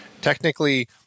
Technically